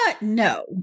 no